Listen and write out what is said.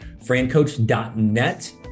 FranCoach.net